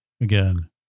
again